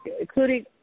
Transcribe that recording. Including